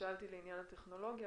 שאלתי לעניין הטכנולוגיה